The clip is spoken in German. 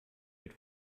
mit